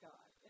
God